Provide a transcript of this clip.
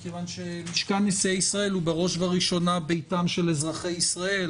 מכיוון שמשכן נשיאי ישראל הוא בראש ובראשונה ביתם של אזרחי ישראל,